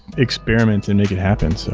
experiment and make it happen so